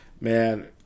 man